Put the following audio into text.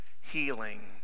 healing